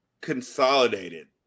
consolidated